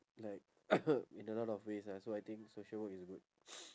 like in a lot of ways ah so I think social work is good